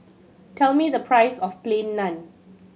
tell me the price of Plain Naan